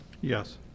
Yes